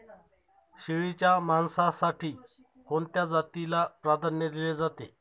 शेळीच्या मांसासाठी कोणत्या जातीला प्राधान्य दिले जाते?